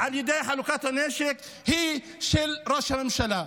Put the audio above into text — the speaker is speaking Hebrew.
על ידי חלוקת הנשק היא של ראש הממשלה.